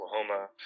Oklahoma